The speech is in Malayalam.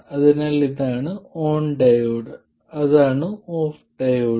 അതിനാൽ ഇതാണ് ഓൺ ഡയോഡ് അതാണ് ഓഫ് ഡയോഡ്